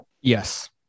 Yes